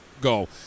go